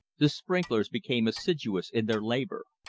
the sprinklers became assiduous in their labor.